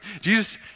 Jesus